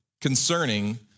concerning